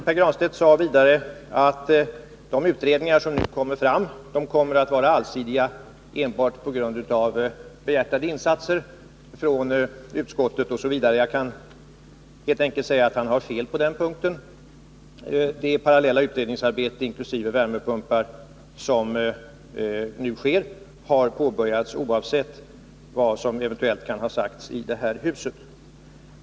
Pär Granstedt sade vidare att de utredningar som nu skall göras kommer att vara allsidiga enbart på grund av behjärtade insatser från utskottet osv. På den punkten har han fel. Det parallella utredningsarbete, omfattande även värmepumpar, som nu pågår har påbörjats oavsett vad som eventuellt har sagts i detta hus.